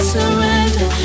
surrender